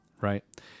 Right